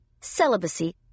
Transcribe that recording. Celibacy